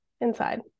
inside